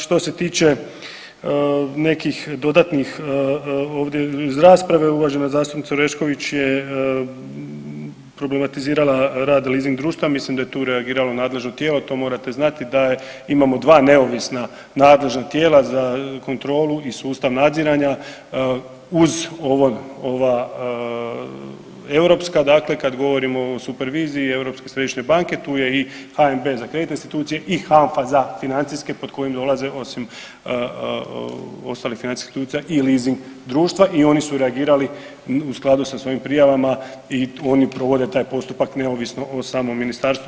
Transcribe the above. Što se tiče nekih dodatnih ovdje iz rasprave, uvažena zastupnica Orešković je problematizirala rada leasing društava, mislim da je tu reagiralo nadležno tijelo to morate znati da je, imamo 2 neovisna nadležna tijela za kontrolu i sustav nadziranja, uz ovo, ova europska dakle kad govorimo o superviziji Europske središnje banke tu je i HNB za kreditne institucije i HANFA za financijske pod kojim dolaze osim ostalih financijskih institucija i lizing društva i oni su reagirali u skladu sa svojim prijavama i oni provode taj postupak neovisno o samom ministarstvu.